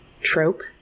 trope